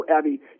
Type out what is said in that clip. Abby